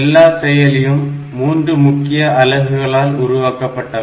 எல்லா செயலியும் 3 முக்கிய அலகுகளால் உருவாக்கபட்டவை